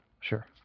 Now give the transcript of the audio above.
sure